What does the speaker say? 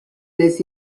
les